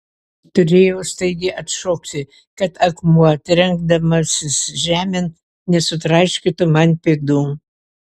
turėjau staigiai atšokti kad akmuo trenkdamasis žemėn nesutraiškytų man pėdų